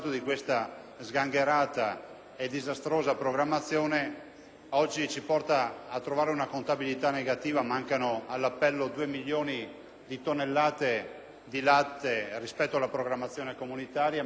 e disastrosa programmazione oggi ci fa trovare una contabilità negativa; mancano all'appello due milioni di tonnellate di latte rispetto alla programmazione comunitaria, mezzo milione di tonnellate di carne